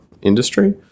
industry